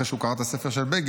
אחרי שהוא קרא את הספר של בגין,